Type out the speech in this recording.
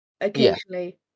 Occasionally